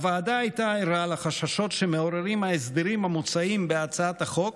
הוועדה הייתה ערה לחששות שמעוררים ההסדרים המוצעים בהצעת החוק